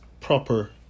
proper